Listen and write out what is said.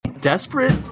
desperate